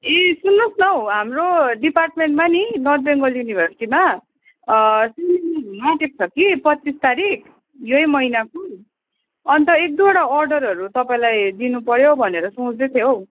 ए सुन्नुहोस् न हौ हाम्रो डिपार्टमेन्टमा नि नर्थ बङ्गाल युनिभर्सिटीमा सेमिनार हुनुआँटेको छ कि पच्चिस तारिक यही महिनाको अन्त एक दुईवटा अर्डरहरू तपाईँलाई दिनुपऱ्यो भनेर सोच्दै थिएँ हौ